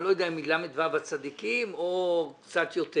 אני לא יודע אם מ-ל"ו הצדיקים או קצת יותר.